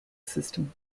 system